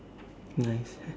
nice